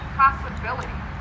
possibility